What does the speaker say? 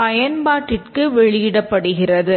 பயன்பாட்டிற்கு வெளியிடப்படுகிறது